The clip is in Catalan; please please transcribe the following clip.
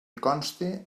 consti